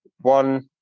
one